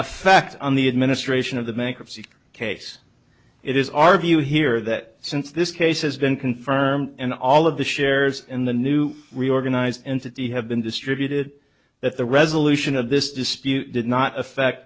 effect on the administration of the bankruptcy case it is our view here that since this case has been confirmed and all of the shares in the new reorganized entity have been distributed that the resolution of this dispute did not affect